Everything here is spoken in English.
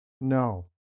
No